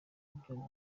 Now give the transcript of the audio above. ibyo